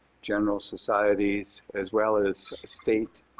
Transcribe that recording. general societies as well as state